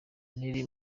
nelly